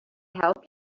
help